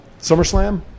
SummerSlam